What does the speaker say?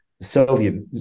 Soviet